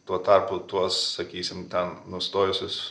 tuo tarpu tuos sakysim ten nustojusius